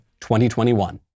2021